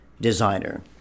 designer